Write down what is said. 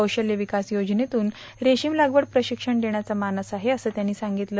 कौशल्य विकास योजनेतून रेश्रीम लागवड प्रशिक्षण देण्याचा मानस आहे असं त्यांनी सांगितलं